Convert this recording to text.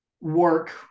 Work